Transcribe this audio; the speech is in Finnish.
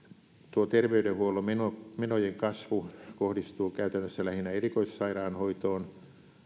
tuo terveydenhuollon menojen menojen kasvu kohdistuu käytännössä lähinnä erikoissairaanhoitoon